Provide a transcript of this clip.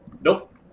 nope